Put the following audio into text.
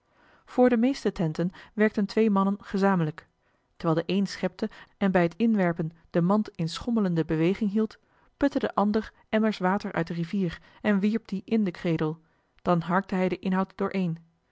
voor de meeste tenten werkten twee mannen gezamenlijk terwijl de een schepte en bij het inwerpen de mand in schommelende beweging hield putte de ander emmers water uit de rivier en wierp die in de cradle dan harkte hij den inhoud dooreen